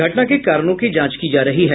घटना के कारणों की जांच की जा रही है